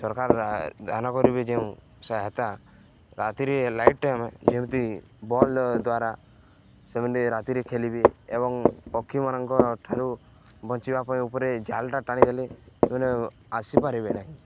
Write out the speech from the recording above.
ସରକାର ଦାନ କରିବେ ଯେଉଁ ସହାୟତା ରାତିରେ ଲାଇଟ୍ ଆମେ ଯେମିତି ବଲ୍ ଦ୍ୱାରା ସେମାନେ ରାତିରେ ଖେଳିବେ ଏବଂ ପକ୍ଷୀମାନଙ୍କ ଠାରୁ ବଞ୍ଚିବା ପାଇଁ ଉପରେ ଜାଲଟା ଟାଣିଦେଲେ ସେମାନେ ଆସିପାରିବେ ନାହିଁ